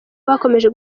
bakomeje